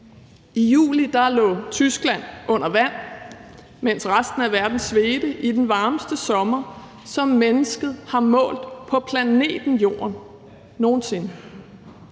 I juli lå Tyskland under vand, mens resten af verden svedte i den varmeste sommer, som mennesket har målt på planeten Jorden nogen sinde.